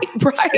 right